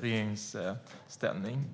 regeringsställning.